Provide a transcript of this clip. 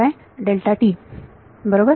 बरोबर